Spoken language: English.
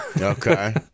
Okay